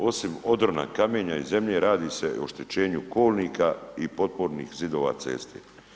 Osim odrona, kamenja i zemlje radi se i o oštećenju kolnika i potpornih zidova cesti.